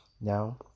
now